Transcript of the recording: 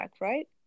right